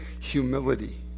humility